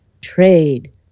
Trade